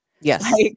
yes